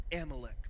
Amalek